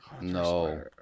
No